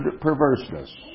perverseness